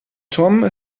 tomé